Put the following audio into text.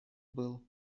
был